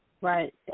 Right